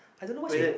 I don't know why she